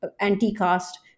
anti-caste